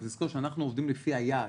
צריך לזכור שאנחנו עובדים לפי היעד.